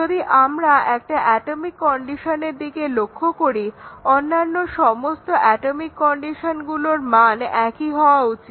যদি আমরা একটা অ্যাটমিক কন্ডিশনের দিকে লক্ষ্য করি অন্যান্য সমস্ত অ্যাটমিক কন্ডিশনগুলোর মান একই হওয়া উচিত